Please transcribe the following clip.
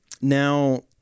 Now